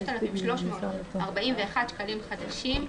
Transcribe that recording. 5,341 שקלים חדשים".